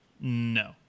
no